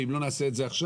ואם לא נעשה את זה עכשיו,